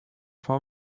fan